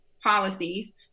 policies